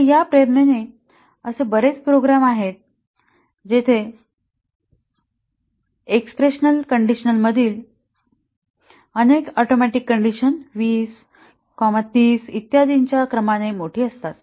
आता या प्रेरणेने असे बरेच प्रोग्राम आहेत जिथे एक्स्प्रेशनल कंडिशन मधील अनेक ऍटोमिक कंडिशन 20 30 इत्यादिच्या क्रमाने मोठी असतात